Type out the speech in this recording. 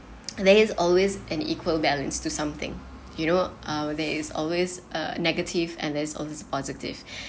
there is always an equal balance to something you know uh there is always a negative and there is always positive